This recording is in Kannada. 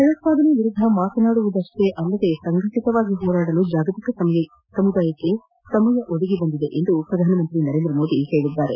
ಭಯೋತ್ಪಾದನೆ ವಿರುದ್ಧ ಮಾತನಾಡುವುದಪ್ಪೇ ಅಲ್ಲದೆ ಸಂಘಟತರಾಗಿ ಹೋರಾಡಲು ಜಾಗತಿಕ ಸಮುದಾಯಕ್ಕೆ ಸಮಯ ಒದಗಿ ಬಂದಿದೆ ಎಂದು ಪ್ರಧಾನಮಂತ್ರಿ ನರೇಂದ್ರ ಮೋದಿ ಹೇಳಿದ್ದಾರೆ